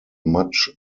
much